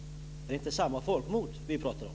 Är det inte samma folkmord vi pratar om?